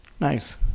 Nice